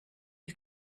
you